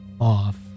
off